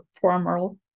formal